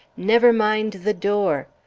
never mind the door!